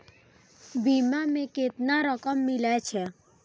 बीमा में केतना रकम मिले छै?